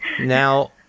Now